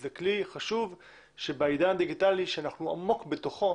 זה כלי חשוב שבעידן הדיגיטלי שאנחנו עמוק בתוכו,